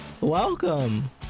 Welcome